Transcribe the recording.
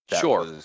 Sure